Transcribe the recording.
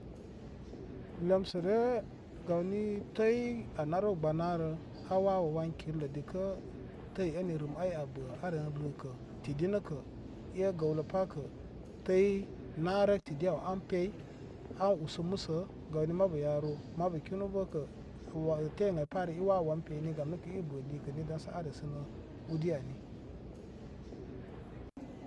Lemsəre gawni təy a naru gbənarə a wawəwan kirlə dikə təy eni rəm ay ən bə are rəka tidi nəka e gəwləpa kə təy narə tidi nəkə e gəwləpa kə təy narə tidi aw an pey an usə məsə gawni mabu yaru mabu kinu bəkə wakati ən parə i wawəwan peyni gam nəkə i bə likə ni daŋsə a resənə udi ani.